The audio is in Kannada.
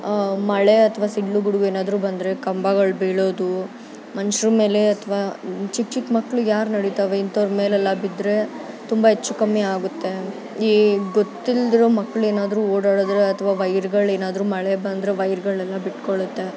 ಮಳೆ ಅಥವಾ ಸಿಡಿಲು ಗುಡ್ಗು ಏನಾದರೂ ಬಂದರೆ ಕಂಬಗಳು ಬೀಳೋದು ಮನುಷ್ರು ಮೇಲೆ ಅಥವಾ ಚಿಕ್ಕ ಚಿಕ್ಕ ಮಕ್ಕಳು ಯಾರು ನಡೀತಾವೆ ಇಂಥವ್ರ ಮೇಲೆಲ್ಲ ಬಿದ್ದರೆ ತುಂಬ ಹೆಚ್ಚು ಕಮ್ಮಿಯಾಗುತ್ತೆ ಈ ಗೊತ್ತಿಲ್ಲದಿರೋ ಮಕ್ಕಳೇನಾದ್ರೂ ಓಡಾಡಿದ್ರೆ ಅಥವಾ ವೈರ್ಗಳೇನಾದರೂ ಮಳೆ ಬಂದರೆ ವೈರ್ಗಳೆಲ್ಲ ಬಿಟ್ಕೊಳ್ಳತ್ತೆ